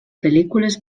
pel·lícules